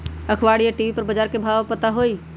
अखबार या टी.वी पर बजार के भाव पता होई?